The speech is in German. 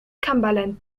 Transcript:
cumberland